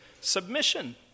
submission